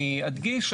אני אדגיש,